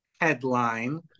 headline